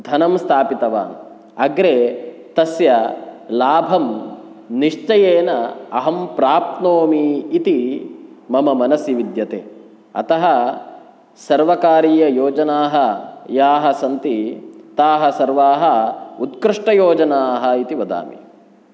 धनं स्थापितवान् अग्रे तस्य लाभं निश्चयेन अहं प्राप्नोमि इति मम मनसि विद्यते अतः सर्वकारीययोजनाः याः सन्ति ताः सर्वाः उत्कृष्टयोजनाः इति वदामि